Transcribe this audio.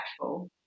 impactful